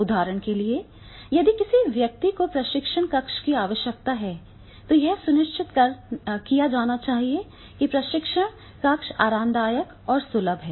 उदाहरण के लिए यदि किसी व्यक्ति को प्रशिक्षण कक्ष की आवश्यकता है तो यह सुनिश्चित किया जाना चाहिए कि प्रशिक्षण कक्ष आरामदायक और सुलभ है